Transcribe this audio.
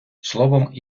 словом